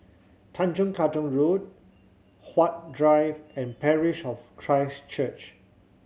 Tanjong Katong Road Huat Drive and Parish of Christ Church